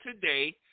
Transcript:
Today